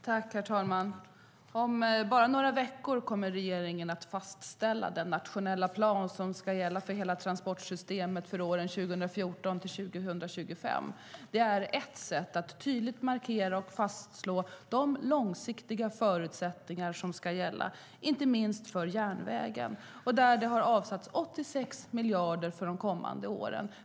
Herr talman! Om bara några veckor kommer regeringen att fastställa den nationella plan som ska gälla för hela transportsystemet för åren 2014-2025. Det är ett sätt att tydligt markera och fastslå de långsiktiga förutsättningar som ska gälla, inte minst för järnvägen som det har avsatts 86 miljarder till för de kommande åren.